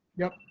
yep,